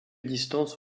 distance